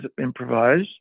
improvise